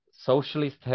socialist